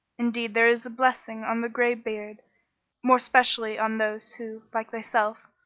indeed there is a blessing on the grey beard more specially on those who, like thyself,